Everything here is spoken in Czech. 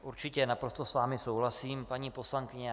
Určitě, naprosto s vámi souhlasím, paní poslankyně.